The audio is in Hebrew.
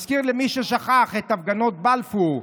אני מזכיר למי ששכח את הפגנות בלפור,